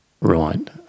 Right